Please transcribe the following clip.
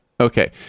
okay